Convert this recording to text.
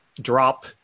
drop